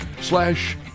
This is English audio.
Slash